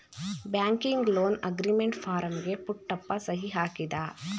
banking loan agreement ಫಾರಂಗೆ ಪುಟ್ಟಪ್ಪ ಸಹಿ ಹಾಕಿದ